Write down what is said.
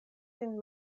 sin